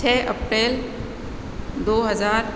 छः अप्पेल दो हजार